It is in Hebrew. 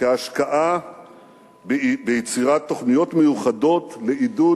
כהשקעה ביצירת תוכניות מיוחדות לעידוד